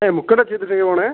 അ ബുക്കക്കെ ചെയ്തിട്ട് നീ പോകണെ